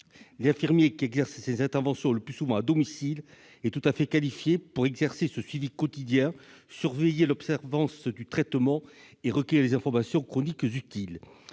L'infirmier, qui intervient le plus souvent à domicile, est tout à fait qualifié pour exercer un tel suivi quotidien, surveiller l'observance du traitement et recueillir des informations cliniques utiles.